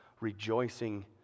rejoicing